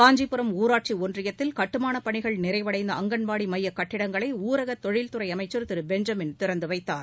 காஞ்சிபுரம் ஊராட்சி ஒன்றியத்தில் கட்டுமானப் பணிகள் நிறைவடைந்த அங்கன்வாடி மையக் கட்டடங்களை தொழில்துறை ஊரக அமைச்சர் திரு பெஞ்சமின் திறந்து வைத்தார்